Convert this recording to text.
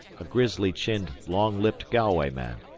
a grizzly-chinned, long-lipped galway man,